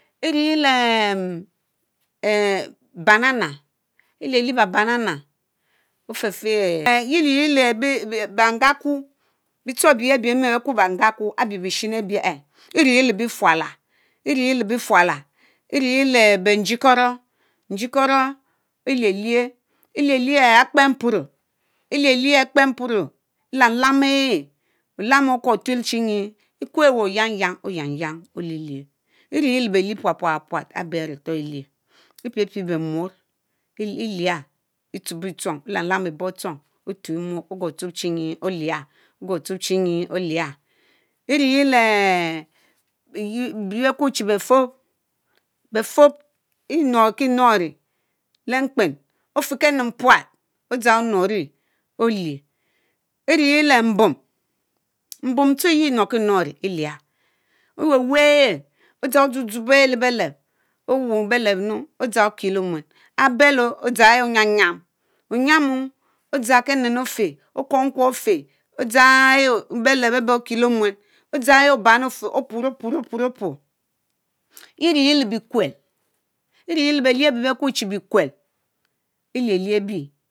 Eririe-le ehh ehhm bamana eu̇elie bé bomana efefieh bé, Eririe lé bén ngáku bitchong ebienie abibieme beh-Quorr béngaku áre béé bishén ebie ehh; Eririele bifuala, Eririe le biefuala, Eririele beh njikoro, nyikóró elielié, elielie Akpe-mpuro, Akpe-mpuro Elamyam eehh, olamu owquor tweel Chinyi, E'queweh oyang yang, oh Oyangyang, alielie Eririele belie puat-puat-puat ábey arẽ torr. Eleah, Epièpieh be-mourr elier etshubour Etchong laeé burr echong ituey muorr oh gorki sab-chrinyi Ou̇ey. Eririeleeh bibe-Kwor chi befurbb E'norkinorri le-nkpen oh knor kiknori Lemkpen ofie kenmg puat odzang ohh kuuarri Ou̇e. Eriarie le-mbum, mbum tsueeh yie knorrki Eu̇er; Óweweh odzang ohh-dzub-dzub ééh lebélép, Owourrr belep knu̇u okiele-Omuén, Abelló Odzang ehh Oyàm yàm, oyamu odzang kénen ofie okwornquerr ofieh odzang ehh belep E'beh okiele omuen odzang eyie obani; ofieh opurri purri purri opu eririe le belieh arẽ béy bekurr chi béquél bikwel Elieu̇eh béé.